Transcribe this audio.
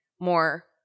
more